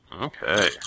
Okay